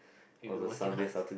we've been working hard